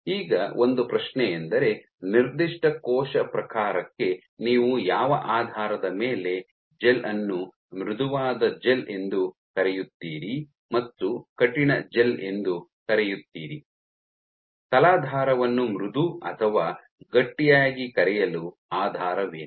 ಈಗ ಒಂದು ಪ್ರಶ್ನೆಯೆಂದರೆ ನಿರ್ದಿಷ್ಟ ಕೋಶ ಪ್ರಕಾರಕ್ಕೆ ನೀವು ಯಾವ ಆಧಾರದ ಮೇಲೆ ಜೆಲ್ ಅನ್ನು ಮೃದುವಾದ ಜೆಲ್ ಎಂದು ಕರೆಯುತ್ತೀರಿ ಮತ್ತು ಕಠಿಣ ಜೆಲ್ ಎಂದು ಕರೆಯುತ್ತೀರಿ ತಲಾಧಾರವನ್ನು ಮೃದು ಅಥವಾ ಗಟ್ಟಿಯಾಗಿ ಕರೆಯಲು ಆಧಾರವೇನು